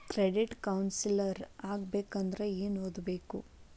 Credit counsellor ಆಗ್ಬೇಕಂದ್ರ ಏನ್ ಓದಿರ್ಬೇಕು?